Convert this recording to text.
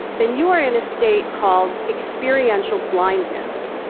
then you are in a state called experiential blindness,